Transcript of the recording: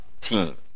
team